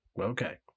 Okay